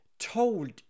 told